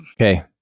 Okay